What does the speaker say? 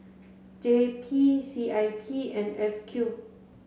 J P C I P and S Q